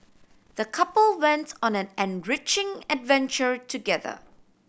the couple went on an enriching adventure together